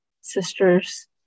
sisters